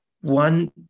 one